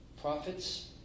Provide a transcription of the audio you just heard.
prophets